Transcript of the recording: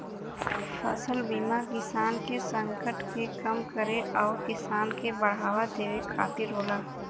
फसल बीमा किसान के संकट के कम करे आउर किसान के बढ़ावा देवे खातिर होला